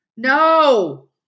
No